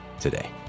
today